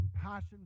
compassion